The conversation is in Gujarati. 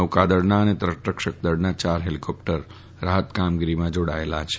નૌકાદળનાં અને તટરક્ષકદળનાં ચાર હેલીકોપ્ટર રાહત કામગીરીમાં જાડાયાં છે